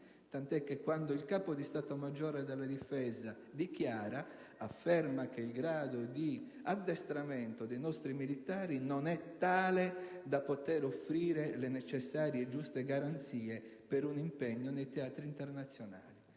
tanto che il Capo di Stato maggiore della Difesa ha affermato che il grado di addestramento dei nostri militari non è tale da offrire le necessarie e giuste garanzie per un impegno nei teatri internazionali.